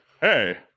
hey